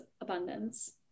abundance